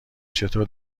چطوری